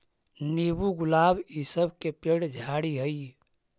नींबू, गुलाब इ सब के पेड़ झाड़ि हई